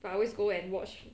but I always go and watch